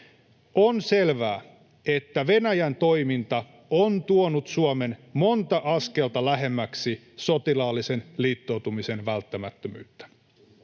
On selvää, että Venäjän toiminta on tuonut Suomen monta askelta lähemmäksi sotilaallisen liittoutumisen välttämättömyyttä.